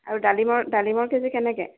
আৰু ডালিমৰ ডালিমৰ কেজি কেনেকৈ